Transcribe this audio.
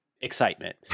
excitement